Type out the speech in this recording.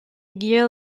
gear